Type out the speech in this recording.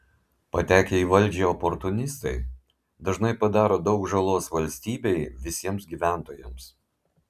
patekę į valdžią oportunistai dažnai padaro daug žalos valstybei visiems gyventojams